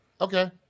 Okay